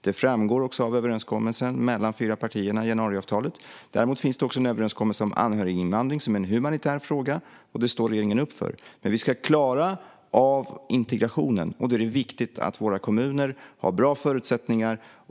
Det framgår också av överenskommelsen mellan de fyra partierna i januariavtalet. Däremot finns det också en överenskommelse om anhöriginvandring, som är en humanitär fråga, som regeringen står upp för. Men vi ska klara av integrationen. Då är det viktigt att våra kommuner har bra förutsättningar.